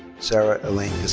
sarah elaine